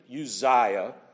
Uzziah